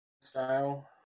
style